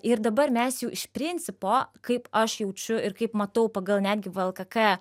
ir dabar mes jau iš principo kaip aš jaučiu ir kaip matau pa gal netgi vlkk